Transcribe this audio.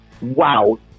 Wow